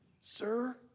sir